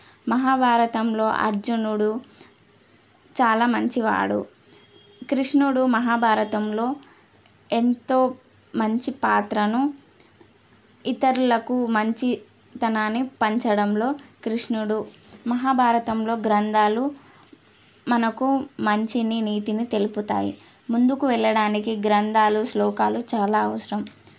మహాభారతంలో అర్జునుడు చాలా మంచివాడు కృష్ణుడు మహాభారతంలో ఎంతో మంచి పాత్రను ఇతరులకు మంచితనాన్ని పంచడంలో కృష్ణుడు మహాభారతంలో గ్రంధాలు మనకు మంచిని నీతిని తెలుపుతాయి ముందుకు వెళ్ళడానికి గ్రంధాలు శ్లోకాలు చాలా అవసరం